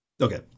Okay